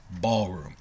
Ballroom